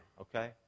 Okay